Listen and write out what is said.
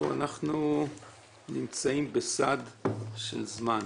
אנחנו נמצאים בסד של זמן,